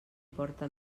porta